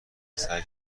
سعی